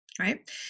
right